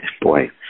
Boy